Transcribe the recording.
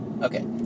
Okay